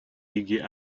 лиги